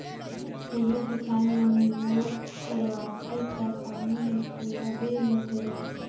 कइयो किसान मन बोर करवाथे ता पानी हिकलबे नी करे